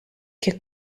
che